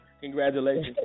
Congratulations